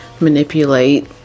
Manipulate